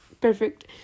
perfect